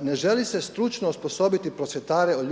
Ne želi se stručno osposobiti prosvjetare o